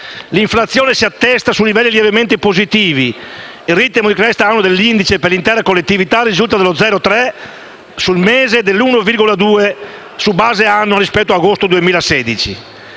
L'inflazione si attesta su livelli lievemente positivi. Il ritmo di crescita annuo dell'indice per l'intera collettività (NIC) risulta dello 0,3 per cento su base mensile e dell'1,2 per cento rispetto ad agosto 2016.